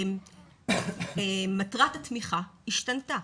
מטרת התמיכה השתנתה,